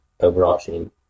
overarching